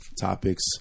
topics